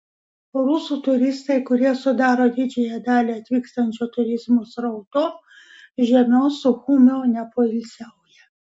rusų turistai kurie sudaro didžiąją dalį atvykstančio turizmo srauto žemiau suchumio nepoilsiauja